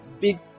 big